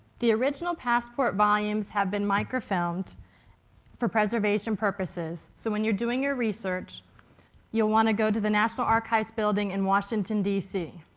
the original passport volumes have been microfilmed for preservation purposes. so when you're doing your research you'll want to go to the national archives building in washington, d c.